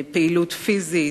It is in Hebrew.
פעילות פיזית,